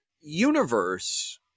universe